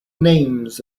names